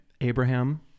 Abraham